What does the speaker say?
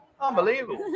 unbelievable